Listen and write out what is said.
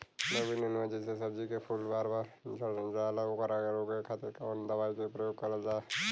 लौकी नेनुआ जैसे सब्जी के फूल बार बार झड़जाला ओकरा रोके खातीर कवन दवाई के प्रयोग करल जा?